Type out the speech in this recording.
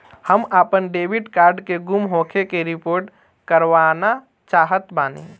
हम आपन debit card के गुम होखे के रिपोर्ट करवाना चाहत बानी